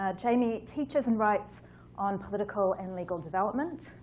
ah jamie teaches and writes on political and legal development.